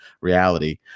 reality